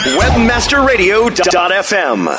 webmasterradio.fm